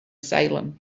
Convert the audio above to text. salem